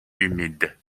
humide